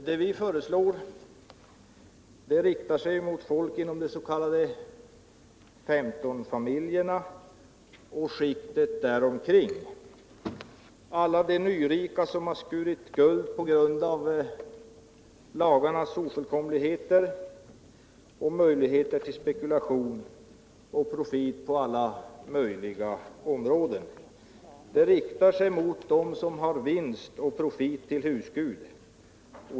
Det vi föreslår riktar sig mot folk inom de s.k. 15-familjerna och skiktet däromkring och mot alla de nyrika som skurit guld på grund av lagarnas ofullkomligheter och på grund av möjligheterna till spekulation och profit på alla upptänkliga områden. Det riktar sig mot dem som har vinst och profit till husgud.